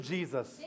Jesus